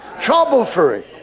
trouble-free